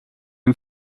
him